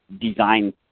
design